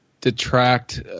detract